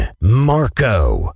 Marco